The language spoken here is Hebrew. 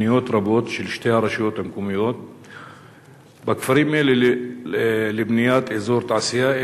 ופניות רבות של שתי הרשויות המקומיות בכפרים אלה לבניית אזור תעשייה,